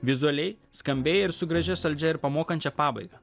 vizualiai skambiai ir su gražia saldžia ir pamokančia pabaiga